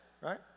Right